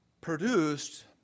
produced